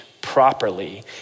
properly